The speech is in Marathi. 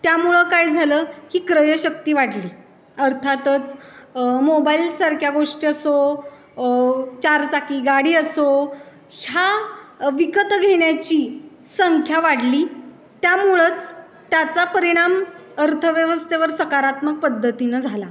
त्यामुळं काय झालं की क्रयशक्ती वाढली अर्थातच मोबाईलसारख्या गोष्टी असो चारचाकी गाडी असो ह्या विकत घेण्याची संख्या वाढली त्यामुळंच त्याचा परिणाम अर्थव्यवस्थेवर सकारात्मक पद्धतीनं झाला